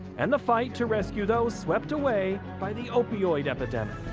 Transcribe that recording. and the fight to rescue those swept away by the opioid epidemic.